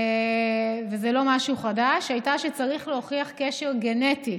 וזה לא משהו חדש, הייתה שצריך להוכיח קשר גנטי